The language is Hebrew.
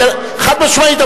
חד-משמעית.